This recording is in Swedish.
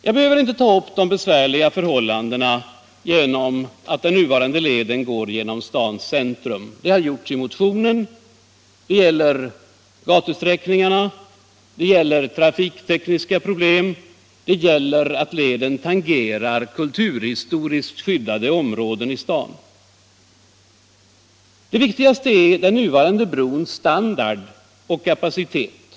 Jag behöver inte ta upp de besvärliga förhållanden som orsakas av att den nuvarande leden går genom stadens centrum. Det har gjorts i motionen — det gäller gatusträckningarna, de trafiktekniska problemen, tangerandet av kulturhistoriskt skyddade områden i staden. Viktigast är den nuvarande brons standard och kapacitet.